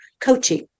coaching